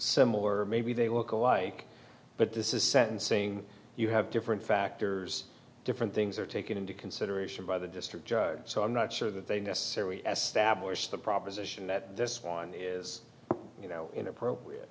so maybe they look alike but this is sentencing you have different factors different things are taken into consideration by the district judge so i'm not sure that they necessarily stablish the proposition that this one is you know inappropriate